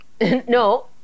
No